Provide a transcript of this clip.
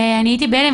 אני הייתי בהלם,